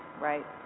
right